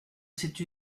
cette